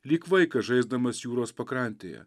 lyg vaikas žaisdamas jūros pakrantėje